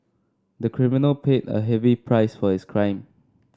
the criminal paid a heavy price for his crime